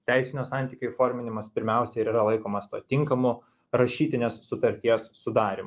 teisinio santykio įforminimas pirmiausiai ir yra laikomas tuo tinkamu rašytinės sutarties sudarymu